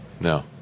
No